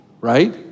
right